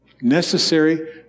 Necessary